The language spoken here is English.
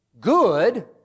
Good